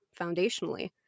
foundationally